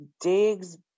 digs